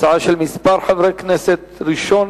הצעות לסדר-היום שמספרן 3022,